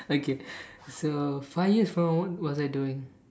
okay so five years from now what was I doing